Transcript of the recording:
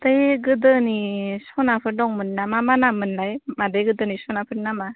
बै गोदोनि स'नाफोर दंमोन ना मा मा नाममोनलाय मादै गोदोनि स'नाफोरनि नामा